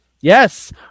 Yes